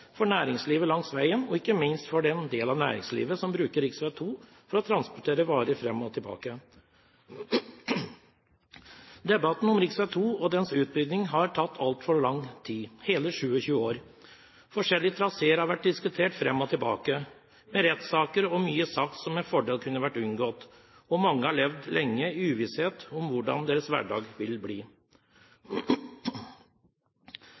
for næringslivet langs veien – ikke minst for den delen av næringslivet som bruker rv. 2 for å transportere varer fram og tilbake. Debatten om rv. 2 og dens utbygging har tatt altfor lang tid – hele 27 år. Forskjellige traseer har vært diskutert fram og tilbake, med rettssaker og mye sagt som med fordel kunne vært unngått. Mange har levd lenge i uvisshet om hvordan deres hverdag vil